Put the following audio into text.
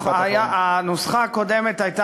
הנוסחה הקודמת הייתה